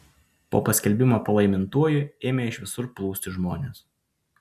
po paskelbimo palaimintuoju ėmė iš visur plūsti žmonės